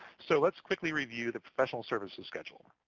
so let's quickly review the professional services schedule.